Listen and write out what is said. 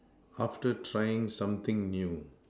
after trying something new